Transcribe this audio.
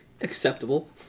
acceptable